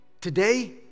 Today